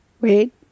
Wait